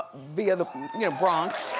via the bronx.